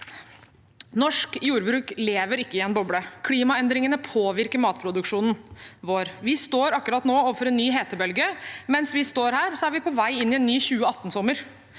Norsk jordbruk lever ikke i en boble. Klimaendringene påvirker matproduksjonen vår. Vi står akkurat nå overfor en ny hetebølge. Mens vi står her, er vi på vei inn i en ny 2018-sommer.